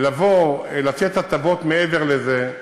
לתת הטבות מעבר לזה.